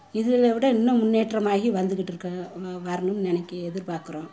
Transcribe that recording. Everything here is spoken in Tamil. இதில் விட இன்னும் முன்னேற்றமாகி வந்துக்கிட்டு இருக்குது வ வரணும்னு நெனக்கி எதிர்பார்க்குறோம்